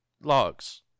logs